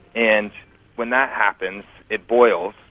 and when that happens it boils,